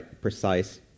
precise